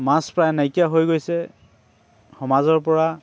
মাছ প্ৰায় নাইকিয়া হৈ গৈছে সমাজৰ পৰা